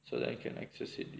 so that you can access it